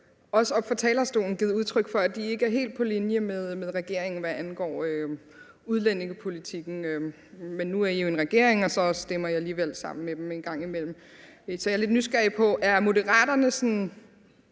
også oppe fra talerstolen givet udtryk for, at de ikke er helt på linje med regeringen, hvad angår udlændingepolitikken, men nu er I jo en regering, og så stemmer I alligevel sammen med dem en gang imellem. Så jeg er lidt nysgerrig på: Er Moderaterne sådan